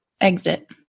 Exit